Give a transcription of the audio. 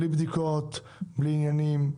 בלי בדיקות ובלי עניינים.